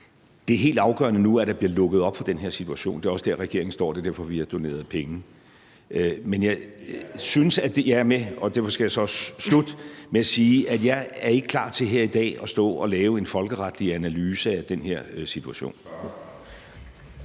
Det er nu helt afgørende, at der bliver lukket op for den her situation, og det er også der, regeringen står, og det er derfor, vi har doneret penge. Og jeg er med på, at taletiden er udløbet, og derfor skal jeg så også slutte af med af at sige, at jeg ikke er klar til her i dag at stå og lave en folkeretlig analyse af den her situation.